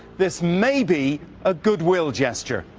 this may be a goodwill gesture.